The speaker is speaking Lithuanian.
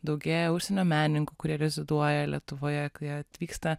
daugėja užsienio menininkų kurie reziduoja lietuvoje kai atvyksta